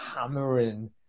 hammering